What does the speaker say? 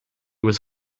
was